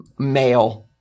Male